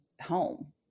home